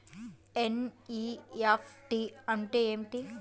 NEFT అంటే ఏమిటీ?